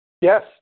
yes